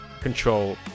control